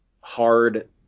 hard